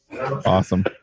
Awesome